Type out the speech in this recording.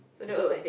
so